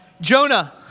Jonah